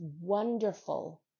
wonderful